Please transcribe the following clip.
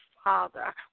Father